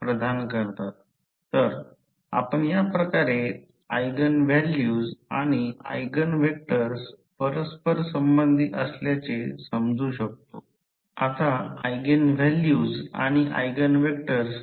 तर मोठे लॉस आम्ही कोर लॉस किंवा Wi लोहाच्या लॉस वर विचार करू आम्ही हे निरंतर लॉस असल्याचे गृहीत धरू कारण व्होल्टेज आणि वारंवारता स्थिर राहील असे आम्ही गृहित धरतो